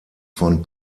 von